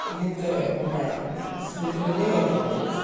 एहन तऽ हमरा स्मृतिमे नहि आबि रहल अछि